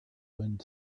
wind